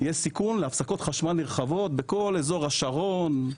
יש סיכון להפסקות חשמל נרחבות בכל אזור השרון,